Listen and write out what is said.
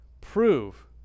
prove